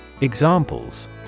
Examples